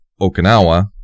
Okinawa